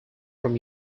from